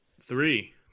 Three